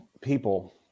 People